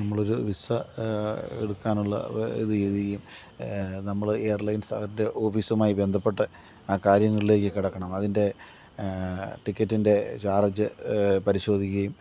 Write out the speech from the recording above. നമ്മളൊരു വിസ എടുക്കാനുള്ള നമ്മൾ എയര്ലൈൻസിന്റെ ഓഫീസുമായി ബന്ധപ്പെട്ട് ആ കാര്യങ്ങളിലേക്ക് കടക്കണം അതിന്റെ ടിക്കറ്റിന്റെ ചാര്ജ് പരിശോധിക്കുകയും